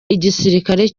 igisirikare